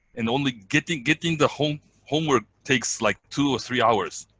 and only getting getting the home homework takes like two or three hours.